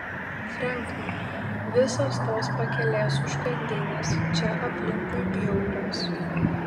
frenkai visos tos pakelės užkandinės čia aplinkui bjaurios